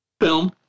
film